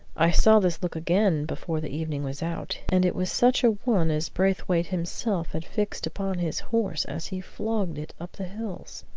i saw this look again before the evening was out, and it was such a one as braithwaite himself had fixed upon his horse as he flogged it up the hills.